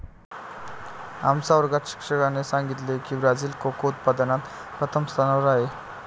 आमच्या वर्गात शिक्षकाने सांगितले की ब्राझील कोको उत्पादनात प्रथम स्थानावर आहे